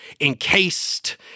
encased